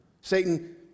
Satan